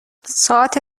ساعات